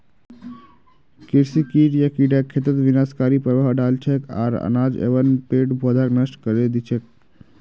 कृषि कीट या कीड़ा खेतत विनाशकारी प्रभाव डाल छेक आर अनाज एवं पेड़ पौधाक नष्ट करे दी छेक